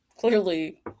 Clearly